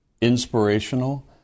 inspirational